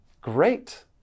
Great